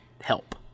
help